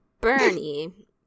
Bernie